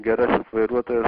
gerasis vairuotojas